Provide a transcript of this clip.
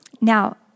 Now